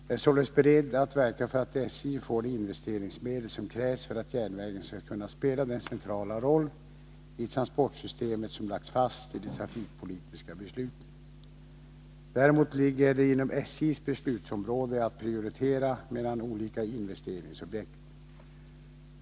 Jag är således beredd att verka för att SJ får de investeringsmedel som krävs för att järnvägen skall kunna spela den centrala roll i transportsystemet som lagts fast i de trafikpolitiska besluten. Däremot ligger det inom SJ:s beslutsområde att prioritera mellan olika investeringsobjekt.